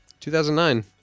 2009